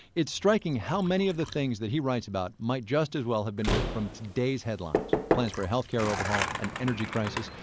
it's striking how many of the things he writes about might just as well have been ripped from today's headlines plans for a health care overhaul, an energy crisis,